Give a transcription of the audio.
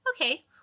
Okay